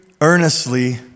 earnestly